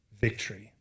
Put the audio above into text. victory